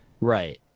right